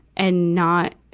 and not,